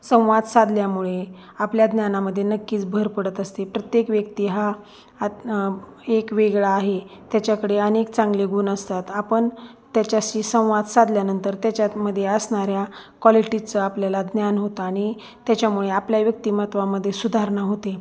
संवाद साधल्यामुळे आपल्या ज्ञानामध्ये नक्कीच भर पडत असते प्रत्येक व्यक्ती हा आतनं एक वेगळा आहे त्याच्याकडे अनेक चांगले गुण असतात आपण त्याच्याशी संवाद साधल्यानंतर त्याच्यामध्ये असणाऱ्या क्वालिटीचं आपल्याला ज्ञान होतं आणि त्याच्यामुळे आपल्या व्यक्तिमत्त्वामध्ये सुधारणा होते